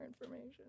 information